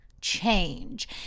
change